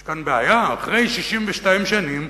יש כאן בעיה, אחרי 62 שנים,